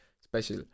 special